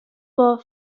for